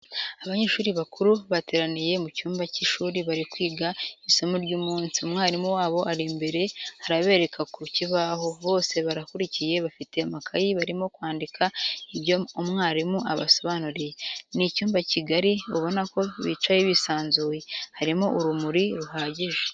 Abanyeshuri bakuru bateraniye mu cyumba cy'ishuri bari kwiga isomo ry'umunsi, umwalimu wabo ari imbere arabereka ku kibaho, bose barakurikiye bafite amakaye barimo kwandika ibyo umwalimu abasobanuriye. Ni icyumba kigari ubona ko bicaye bisanzuye, harimo urumuri ruhagije.